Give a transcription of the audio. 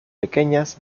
pequeñas